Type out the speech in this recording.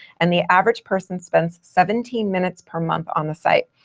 and the average person spends seventeen minutes per month on the site.